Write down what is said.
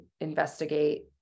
investigate